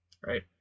right